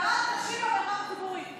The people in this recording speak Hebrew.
הדרת נשים במרחב הציבורי.